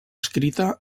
escrita